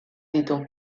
ditu